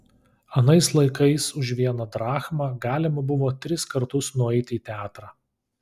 anais laikais už vieną drachmą galima buvo tris kartus nueiti į teatrą